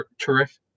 terrific